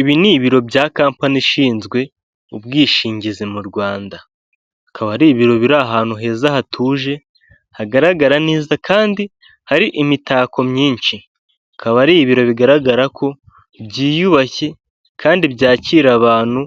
Ibi ni ibiro bya kAmpanyi ishinzwe ubwishingizi mu Rwanda, akaba ari ibiro biri ahantu heza hatuje hagaragara neza kandi hari imitako myinshi, bikaba ari ibiro bigaragara ko byiyubashye kandi byakira abantu